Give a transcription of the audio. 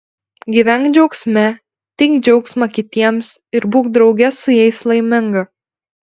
gyvenk džiaugsme teik džiaugsmą kitiems ir būk drauge su jais laiminga